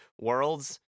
worlds